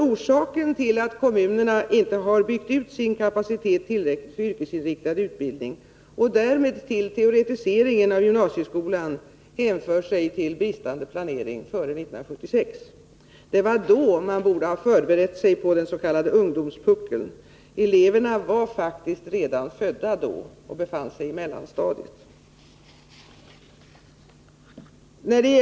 Orsaken till att kommunerna inte tillräckligt har byggt ut sin kapacitet för yrkesinriktad utbildning och därmed till teoretiseringen av gymnasieskolan är bristande planering före 1976! Det var då man borde ha förberett sig för den s.k. ungdomspuckeln — eleverna befann sig då faktiskt redan på mellanstadiet!